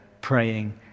praying